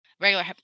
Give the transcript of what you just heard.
Regular